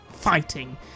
Fighting